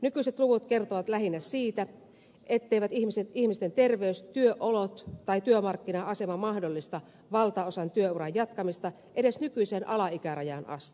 nykyiset luvut kertovat lähinnä siitä etteivät ihmisten terveys työolot tai työmarkkina asema mahdollista valtaosalla työuran jatkamista edes nykyiseen alaikärajaan asti